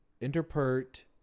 interpret